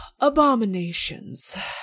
Abominations